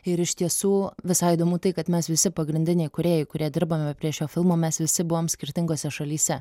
ir iš tiesų visai įdomu tai kad mes visi pagrindiniai kūrėjai kurie dirbame prie šio filmo mes visi buvom skirtingose šalyse